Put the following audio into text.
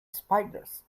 spiders